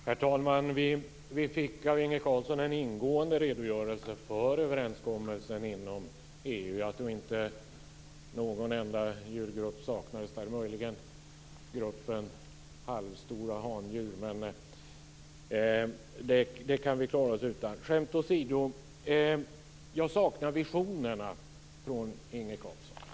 Herr talman! Vi fick av Inge Carlsson en ingående redogörelse för överenskommelsen inom EU. Jag tror inte någon djurgrupp saknades - möjligen gruppen halvstora handjur. Men de kan vi klara oss utan. Skämt åsido: Jag saknar visioner hos Inge Carlsson.